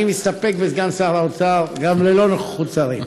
אני מסתפק בסגן שר האוצר גם ללא נוכחות שרים.